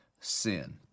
sin